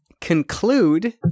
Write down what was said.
conclude